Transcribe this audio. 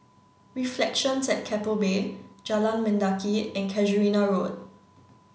reflections at Keppel Bay Jalan Mendaki and Casuarina Road